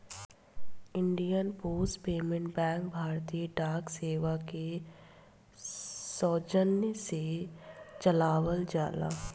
Indian post payment bank भारतीय डाक सेवा के सौजन्य से चलावल जाला